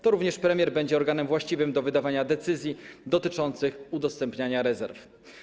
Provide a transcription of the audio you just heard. To również premier będzie organem właściwym do wydawania decyzji dotyczących udostępniania rezerw.